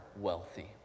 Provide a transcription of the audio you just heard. wealthy